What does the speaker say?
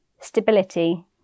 Stability